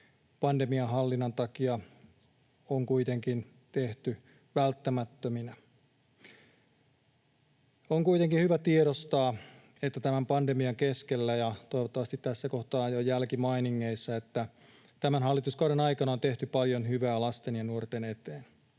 pandemian hallinnan takia on kuitenkin tehty välttämättöminä. On kuitenkin hyvä tiedostaa, että tämän pandemian keskellä — ja toivottavasti tässä kohtaa jo jälkimainingeissa — tämän hallituskauden aikana on tehty paljon hyvää lasten ja nuorten eteen.